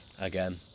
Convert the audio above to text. again